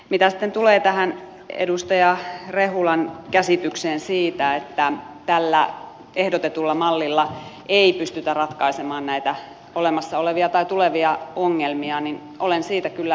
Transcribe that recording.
mitä sitten tulee tähän edustaja rehulan käsitykseen siitä että tällä ehdotetulla mallilla ei pystytä ratkaisemaan näitä olemassa olevia tai tulevia ongelmia niin olen siitä kyllä eri mieltä